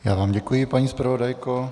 Já vám děkuji, paní zpravodajko.